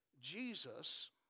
Jesus